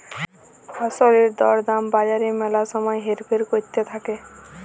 ফসলের দর দাম বাজারে ম্যালা সময় হেরফের ক্যরতে থাক্যে